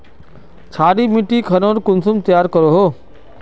क्षारी मिट्टी खानोक कुंसम तैयार करोहो?